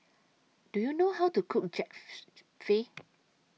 Do YOU know How to Cook